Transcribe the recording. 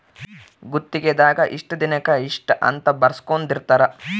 ಗುತ್ತಿಗೆ ದಾಗ ಇಷ್ಟ ದಿನಕ ಇಷ್ಟ ಅಂತ ಬರ್ಸ್ಕೊಂದಿರ್ತರ